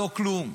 לא בכלום.